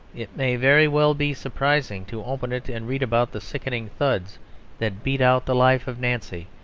it may very well be surprising to open it and read about the sickening thuds that beat out the life of nancy,